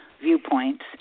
viewpoints